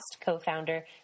co-founder